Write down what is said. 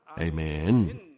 Amen